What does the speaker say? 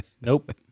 Nope